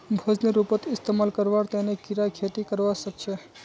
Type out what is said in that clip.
भोजनेर रूपत इस्तमाल करवार तने कीरा खेती करवा सख छे